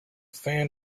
fan